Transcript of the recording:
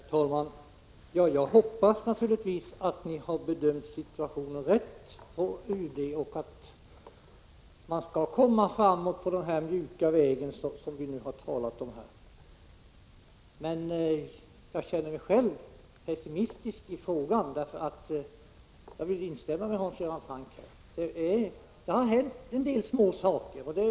Herr talman! Jag hoppas naturligtvis att ni har bedömt situationen rätt på UD och att man skall komma framåt på den mjuka vägen. Själv känner jag mig pessimistisk i den frågan. Jag vill instämma med Hans Göran Franck: det har hänt en del små saker.